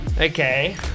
okay